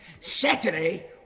Saturday